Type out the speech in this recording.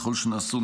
ככל שנעשו,